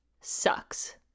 sucks